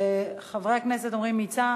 חברי הכנסת אומרים מיצה.